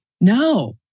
No